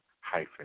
hyphen